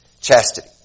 chastity